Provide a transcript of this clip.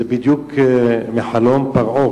זה בדיוק מחלום פרעה.